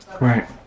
Right